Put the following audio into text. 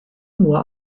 nur